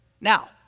Now